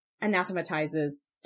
anathematizes